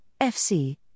FC